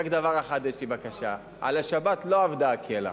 רק דבר אחד יש לי בקשה: על השבת לא אבד כלח.